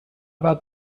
about